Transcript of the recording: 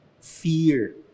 Fear